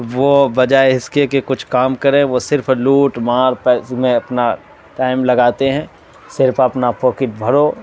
وہ بجائے اس کے کہ کچھ کام کریں وہ صرف لوٹ مار پیسے میں اپنا ٹائم لگاتے ہیں صرف اپنا پاکٹ بھرو